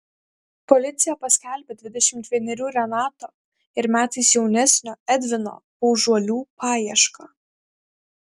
policija paskelbė dvidešimt vienerių renato ir metais jaunesnio edvino paužuolių paiešką